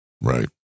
right